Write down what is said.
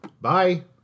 Bye